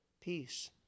peace